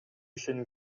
ишеним